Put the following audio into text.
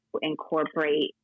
incorporate